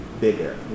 bigger